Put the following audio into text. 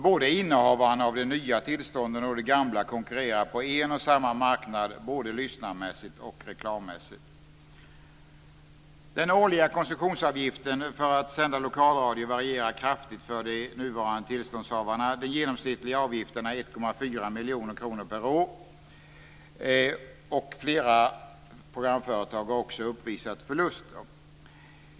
Både innehavarna av de nya tillstånden och innehavarna av de gamla tillstånden konkurrerar på en och samma marknad, både lyssnarmässigt och reklammässigt. Den årliga koncessionsavgiften för att sända lokalradio varierar kraftigt för de nuvarande tillståndshavarna. Den genomsnittliga avgiften är 1,4 miljoner kronor per år. Flertalet programföretag har också uppvisat förluster.